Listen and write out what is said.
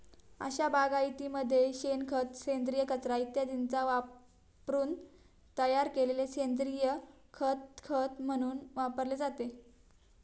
अशा बागायतीमध्ये शेणखत, सेंद्रिय कचरा इत्यादींचा वापरून तयार केलेले सेंद्रिय खत खत म्हणून वापरले जाते